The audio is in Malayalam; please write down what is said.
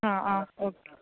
ആ ആ ഓക്കെ